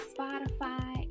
Spotify